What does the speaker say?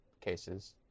cases